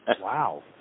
Wow